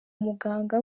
muganga